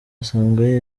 asanzwe